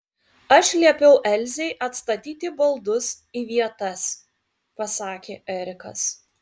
aš liepiau elzei atstatyti baldus į vietas pasakė erikas